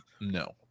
No